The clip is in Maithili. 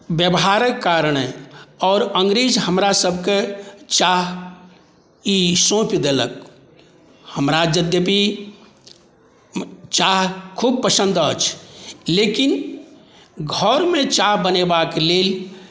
बेवहारके कारणे आओर अङ्गरेज हमरासबके चाह ई सौँपि देलक हमरा यद्यपि चाह खूब पसन्द अछि लेकिन घरमे चाह बनेबाके लेल